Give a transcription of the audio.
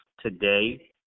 today